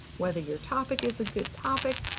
whether your topic is a good topic,